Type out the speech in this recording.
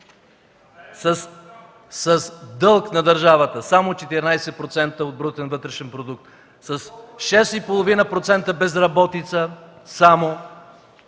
с дълг на държавата само 14% от брутния вътрешен продукт, с 6,5% безработица само